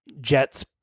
Jets